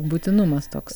būtinumas toks